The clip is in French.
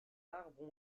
arbres